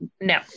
No